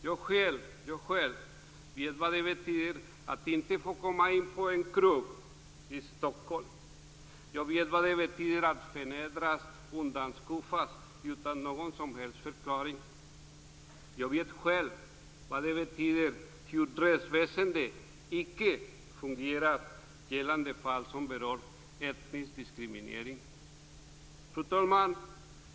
Jag själv vet vad det betyder att inte få komma in på en krog i Stockholm. Jag vet vad det betyder att förnedras och undanknuffas utan någon som helst förklaring. Jag vet själv hur rättsväsendet icke fungerar gällande fall som rör etnisk diskriminering. Fru talman!